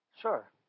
Sure